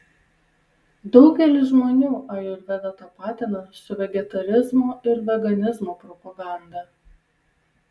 daugelis žmonių ajurvedą tapatina su vegetarizmo ir veganizmo propaganda